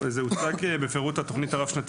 התוכנית הרב-שנתית הוצגה בפירוט,